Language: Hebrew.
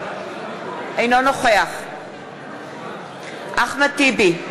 אינו נוכח אחמד טיבי,